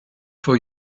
for